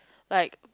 like